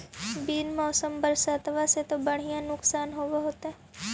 बिन मौसम बरसतबा से तो बढ़िया नुक्सान होब होतै?